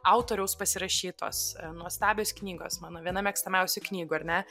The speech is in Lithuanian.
autoriaus pasirašytos nuostabios knygos mano viena mėgstamiausių knygų ar ne